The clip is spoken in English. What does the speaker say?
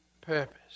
purpose